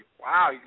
Wow